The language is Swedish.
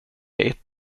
ett